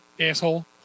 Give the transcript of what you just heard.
asshole